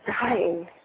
dying